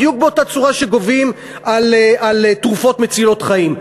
בדיוק באותה צורה שגובים על תרופות מצילות חיים.